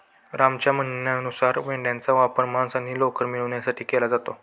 रामच्या म्हणण्यानुसार मेंढयांचा उपयोग मांस आणि लोकर मिळवण्यासाठी केला जातो